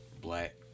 black